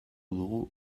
dugu